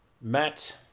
Matt